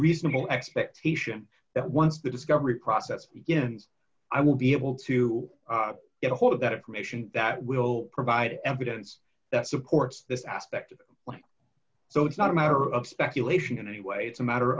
reasonable expectation that once the discovery process begins i will be able to get a hold of that information that will provide evidence that supports this aspect of life so it's not a matter of speculation in any way it's a matter